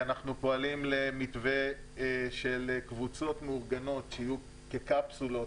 אנחנו פועלים למתווה של קבוצות מאורגנות שיהיו כקפסולות